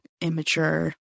immature